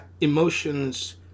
emotions